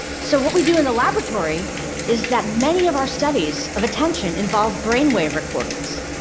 so what we do in the laboratory is that many of our studies of attention involve brain-wave recordings.